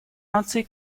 наций